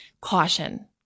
caution